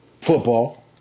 football